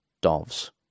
doves